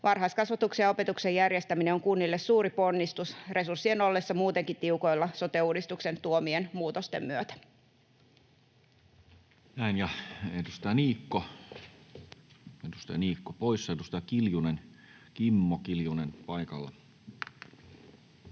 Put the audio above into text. Varhaiskasvatuksen ja opetuksen järjestäminen on kunnille suuri ponnistus resurssien ollessa muutenkin tiukoilla sote-uudistuksen tuomien muutosten myötä.